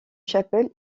chapelle